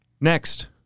Next